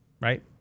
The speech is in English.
right